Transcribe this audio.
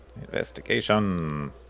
Investigation